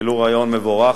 העלו רעיון מבורך,